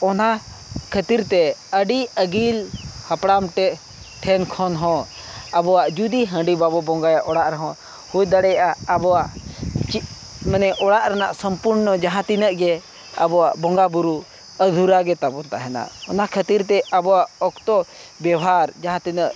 ᱚᱱᱟ ᱠᱷᱟᱹᱛᱤᱨᱛᱮ ᱟᱰᱤ ᱟᱹᱜᱤᱞ ᱦᱟᱯᱲᱟᱢ ᱴᱮᱜ ᱴᱷᱮᱱ ᱠᱷᱚᱱ ᱦᱚᱸ ᱟᱵᱚᱣᱟᱜ ᱡᱩᱫᱤ ᱦᱟᱺᱰᱤ ᱵᱟᱵᱚ ᱵᱚᱸᱜᱟᱭᱟ ᱚᱲᱟᱜ ᱨᱮᱦᱚᱸ ᱦᱩᱭ ᱫᱟᱲᱮᱭᱟᱜᱼᱟ ᱟᱵᱚᱣᱟᱜ ᱪᱤᱫ ᱢᱟᱱᱮ ᱚᱲᱟᱜ ᱨᱮᱱᱟᱜ ᱥᱚᱢᱯᱩᱨᱱᱚ ᱡᱟᱦᱟᱸ ᱛᱤᱱᱟᱹᱜ ᱜᱮ ᱟᱵᱚᱣᱟᱜ ᱵᱚᱸᱜᱟ ᱵᱳᱨᱳ ᱟᱫᱷᱩᱨᱟᱜᱮ ᱛᱟᱵᱚ ᱛᱟᱦᱮᱱᱟ ᱚᱱᱟ ᱠᱷᱟᱹᱛᱤᱨ ᱛᱮ ᱟᱵᱚᱣᱟᱜ ᱚᱠᱛᱚ ᱵᱮᱣᱦᱟᱨ ᱡᱟᱦᱟᱸ ᱛᱤᱱᱟᱹᱜ